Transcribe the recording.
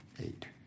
eight